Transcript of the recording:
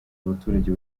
abaturage